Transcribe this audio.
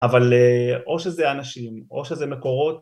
אבל או שזה אנשים או שזה מקורות